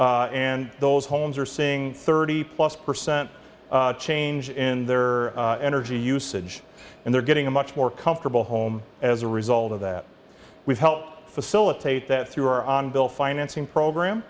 and those homes are seeing thirty plus percent change in their energy usage and they're getting a much more comfortable home as a result of that we've helped facilitate that through our on bill financing program